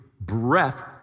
breath